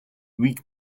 whig